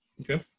Okay